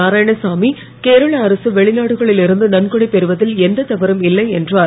நாராயணசாமி கேரள அரசு வெளிநாடுகளில் இருந்து நன்கொடை பெறுவதில் எந்த தவறும் இல்லை என்றார்